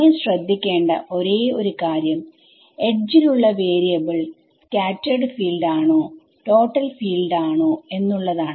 നിങ്ങൾ ശ്രദ്ധിക്കേണ്ട ഒരേ ഒരു കാര്യം എഡ്ജിൽ ഉള്ള വേരിയബിൾ സ്കാറ്റെർഡ് ഫീൽഡ് ആണോ ടോട്ടൽ ഫീൽഡ് ആണോ എന്നുള്ളതാണ്